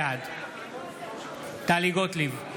בעד טלי גוטליב,